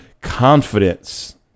confidence